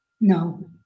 no